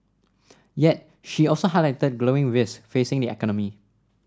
yet she also highlighted that growing risks facing the economy